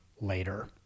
later